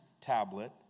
tablet